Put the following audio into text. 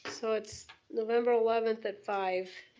so it's november eleventh at five.